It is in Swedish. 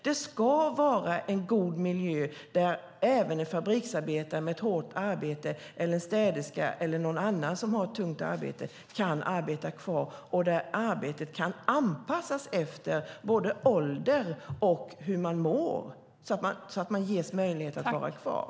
Det ska vara en god miljö där arbetet kan anpassas efter både ålder och hur man mår så att även en fabriksarbetare med ett hårt arbete, en städerska eller någon annan som har ett tungt arbete kan ges möjlighet att arbeta kvar.